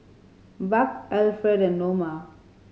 Buck Alfred and Noma